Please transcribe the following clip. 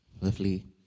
Lovely